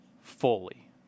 fully